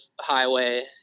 highway